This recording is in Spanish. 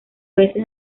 veces